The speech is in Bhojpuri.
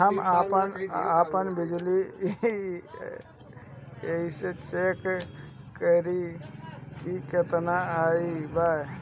हम आपन बिजली बिल कइसे चेक करि की केतना आइल बा?